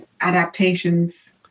adaptations